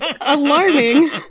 alarming